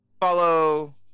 follow